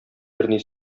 берни